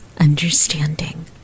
understanding